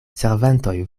servantoj